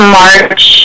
march